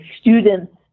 students